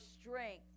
strength